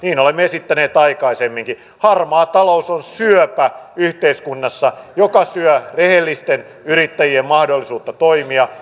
olemme esittäneet aikaisemminkin harmaa talous on yhteiskunnassa syöpä joka syö rehellisten yrittäjien mahdollisuutta toimia